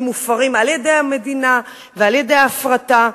מופרות על-ידי המדינה ועל-ידי ההפרטה.